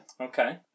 Okay